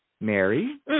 Mary